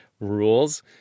rules